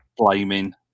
blaming